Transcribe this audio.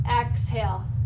exhale